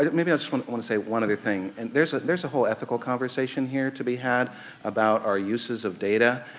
maybe i just want want to say one other thing, and there's ah there's a whole ethical conversation here to be had about our uses of data,